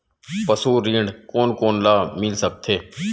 पशु ऋण कोन कोन ल मिल सकथे?